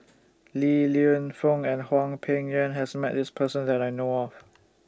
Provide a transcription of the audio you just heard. Li Lienfung and Hwang Peng Yuan has Met This Person that I know of